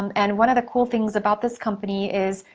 and one of the cool things about this company is,